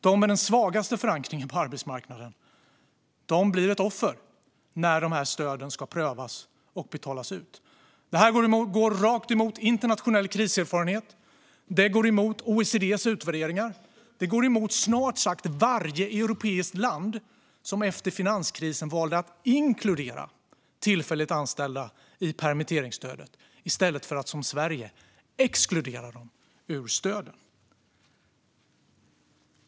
De med den svagaste förankringen på arbetsmarknaden offras när dessa stöd ska prövas och betalas ut. Detta går rakt emot internationell kriserfarenhet, OECD:s utvärderingar och snart sagt varje europeiskt land som efter finanskrisen valde att inkludera tillfälligt anställda i permitteringsstödet i stället för att som Sverige exkludera dem ur stöden.